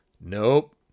Nope